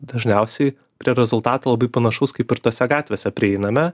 dažniausiai prie rezultato labai panašaus kaip ir tose gatvėse prieiname